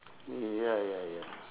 ya ya ya